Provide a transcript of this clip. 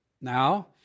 Now